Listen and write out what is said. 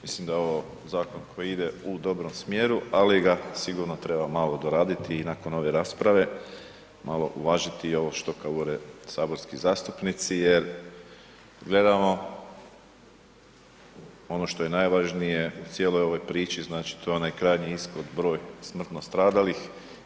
Mislim da je ovo zakon koji ide u dobrom smjeru, ali ga sigurno treba malo doraditi i nakon ove rasprave malo uvažiti ovo što govore saborski zastupnici jer gledamo ono što je najvažnije u cijeloj ovoj priči, znači to je onaj krajnji ishod, broj smrtno stradalih.